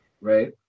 right